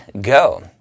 go